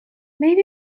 maybe